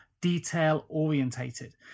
detail-orientated